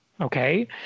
okay